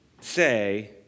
say